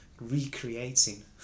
recreating